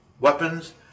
weapons